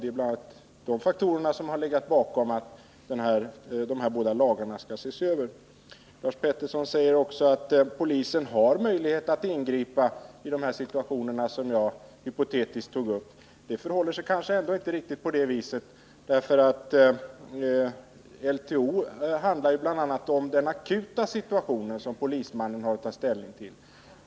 Det är bl.a. sådana faktorer som har legat bakom att de båda lagarna skall ses över. Hans Petersson säger också att polisen har möjlighet att, oavsett om LTO finns eller inte, ingripa i de situationer som jag hypotetiskt tog upp. Det förhåller sig inte riktigt på det sättet. LTO avser bl.a. den akuta situation som polismannen har att ställning till.